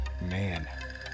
Man